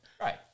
Right